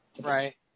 Right